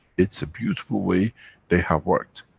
it's a beautiful way they have worked.